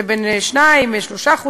זה בין 2% ל-3%,